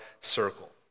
circle